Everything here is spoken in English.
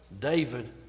David